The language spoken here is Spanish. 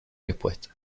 respuestas